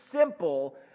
simple